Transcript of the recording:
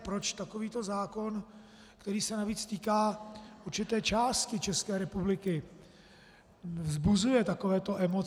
Proč takovýto zákon, který se navíc týká určité části České republiky, vzbuzuje takovéto emoce.